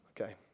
Okay